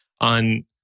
on